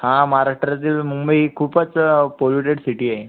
हा महाराष्ट्रातील मुंबई खूपच पोल्युटेड सिटी आहे